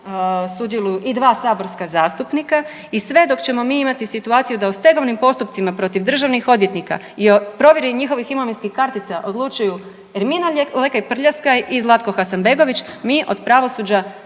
sudjeluju i dva saborska zastupnika. I sve dok ćemo mi imati situaciju da o stegovnim postupcima protiv državnih odvjetnika i provjere njihovih imovinskih kartica odlučuju Jasmina Lekaj Prljaskaj i Zlatko Hasanbegović mi od pravosuđa